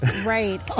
Right